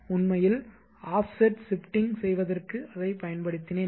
உண்மையில் offset shifting செய்வதற்கு அதை பயன்படுத்தினேன்